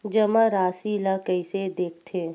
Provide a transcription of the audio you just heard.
जमा राशि ला कइसे देखथे?